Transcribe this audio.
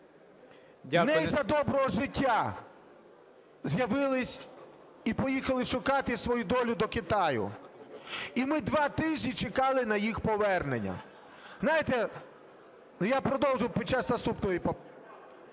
не за доброго життя з'явились і поїхали шукати свою долю до Китаю. І ми два тижні чекали на їх повернення. Знаєте, ну, я продовжу під час наступної… ГОЛОВУЮЧИЙ.